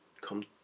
come